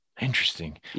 Interesting